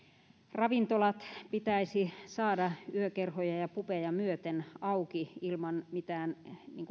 ravintolat pitäisi saada yökerhoja ja ja pubeja myöten auki kerralla ilman mitään